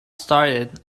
started